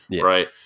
right